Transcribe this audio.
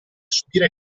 subire